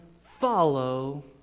follow